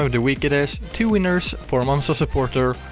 and week it is. two winners, four months of supporter.